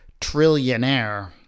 trillionaire